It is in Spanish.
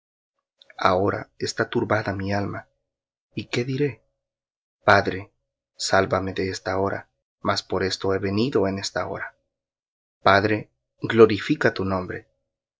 ahora está turbada mi alma y qué diré padre sálvame de esta hora mas por esto he venido en esta hora padre glorifica tu nombre